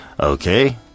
Okay